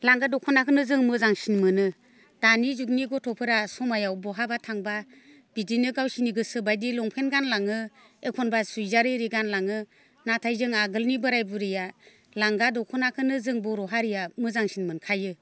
लांगा दखनाखौनो जों मोजांसिन मोनो दानि जुगनि गथ'फोरा समायाव बहाबा थांबा बिदिनो गावसोरनि गोसो बायदि लंपेन्ट गानलाङो एखनबा सुरिदार आरि गानलाङो नाथाय जों आगोलनि बोराइ बुरिया लांगा दखनाखौनो जों बर' हारिया मोजांसिन मोनखायो